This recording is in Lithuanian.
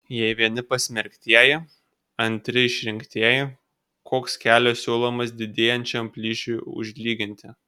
jei vieni pasmerktieji antri išrinktieji koks kelias siūlomas didėjančiam plyšiui užlyginti